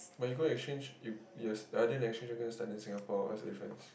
but you go exchange you you your other nation are gonna start in Singapore what's the difference